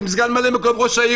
עם סגן ממלא מקום ראש העיר,